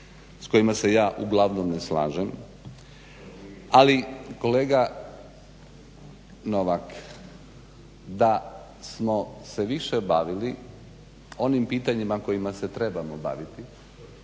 s kojima se ja uglavnom ne slažem, ali kolega Novak da smo se više bavili onim pitanjima kojima se trebamo baviti,